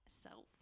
self